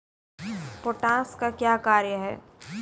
Potash का क्या कार्य हैं?